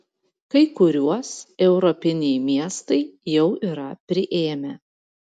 kai kuriuos europiniai miestai jau yra priėmę